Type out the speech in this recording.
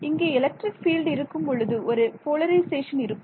இங்கே electric field இருக்கும்பொழுது ஒரு போலரிசேஷன் இருக்கும்